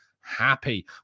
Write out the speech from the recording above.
happy